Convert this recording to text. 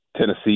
Tennessee